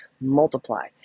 multiply